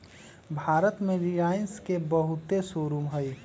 भारत में रिलाएंस के बहुते शोरूम हई